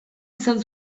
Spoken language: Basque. izan